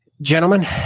gentlemen